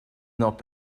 not